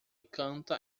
canta